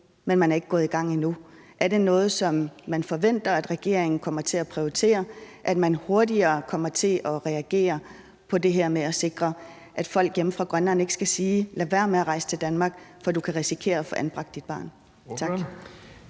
men man er ikke gået i gang endnu. Er det noget, som man forventer at regeringen kommer til at prioritere, altså at man hurtigere kommer til at reagere på det her med at sikre, at folk hjemme i Grønland ikke skal sige: Lad være med at rejse til Danmark, for du kan risikere at få anbragt dit barn? Tak.